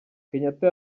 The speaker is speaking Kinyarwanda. kenyatta